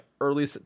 early